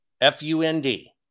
F-U-N-D